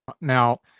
Now